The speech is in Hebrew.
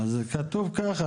זה כתוב ככה,